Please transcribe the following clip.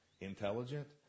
intelligent